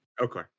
Okay